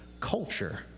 culture